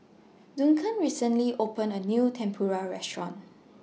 Duncan recently opened A New Tempura Restaurant